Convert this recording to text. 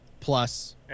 Plus